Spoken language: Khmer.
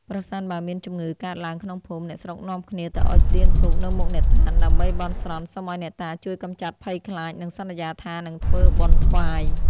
ប្រសិនបើមានជំងឺកើតឡើងក្នុងភូមិ អ្នកស្រុកនាំគ្នាទៅអុជទៀនធូបនៅមុខអ្នកតា ដើម្បីបន់ស្រន់សុំឲ្យអ្នកតាជួយកម្ចាត់ភ័យខ្លាច និងសន្យាថានឹងធ្វើបុណ្យថ្វាយ ។